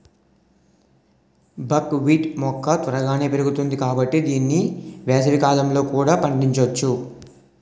బక్ wheat మొక్క త్వరగానే పెరుగుతుంది కాబట్టి దీన్ని వేసవికాలంలో కూడా పండించొచ్చు